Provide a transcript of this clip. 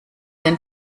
den